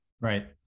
Right